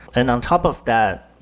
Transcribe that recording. and on top of that,